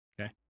Okay